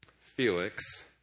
felix